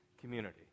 community